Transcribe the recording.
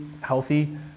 healthy